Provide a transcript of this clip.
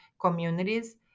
communities